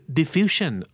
diffusion